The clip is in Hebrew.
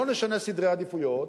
לא נשנה סדרי עדיפויות,